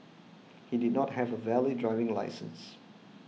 he did not have a valid driving licence